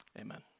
Amen